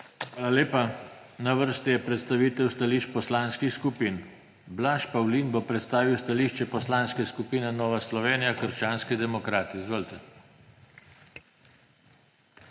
Hvala lepa. Na vrsti je predstavitev stališč poslanskih skupin. Blaž Pavlin bo predstavil stališče Poslanske skupine Nova Slovenija – krščanski demokrati. Izvolite.